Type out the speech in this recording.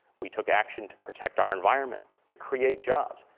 we took action to protect our environment, to create jobs,